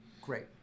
Great